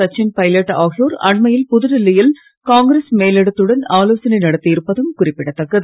சச்சின் பைலட் ஆகியோர்அண்மையில் புதுடெல்லியில் காங்கிரஸ் மேலிடத்துடன் ஆலோசனை நடத்தி இருப்பதும் குறிப்பிடத்தக்கது